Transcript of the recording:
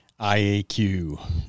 IAQ